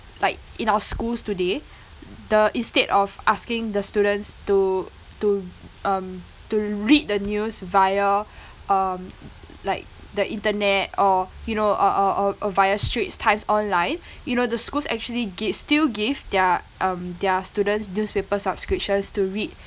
like in our schools today the instead of asking the students to to um to read the news via um like the internet or you know or or or or via straits times online you know the schools actually gi~ still give their um their students newspaper subscriptions to read